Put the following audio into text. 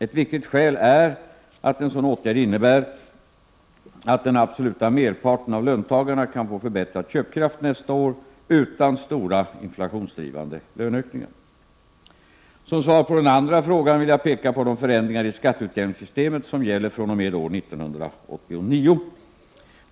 Ett viktigt skäl är att en sådan åtgärd innebär att den absoluta merparten av löntagarna kan få förbättrad köpkraft nästa år utan stora inflationsdrivande löneökningar. Som svar på den andra frågan vill jag peka på de förändringar i skatteutjämningssystemet som gäller fr.o.m. år 1989.